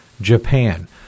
Japan